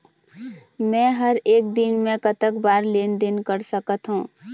मे हर एक दिन मे कतक बार लेन देन कर सकत हों?